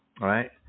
right